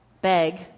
beg